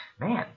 Man